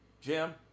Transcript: Jim